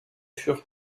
furent